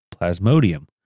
plasmodium